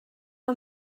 que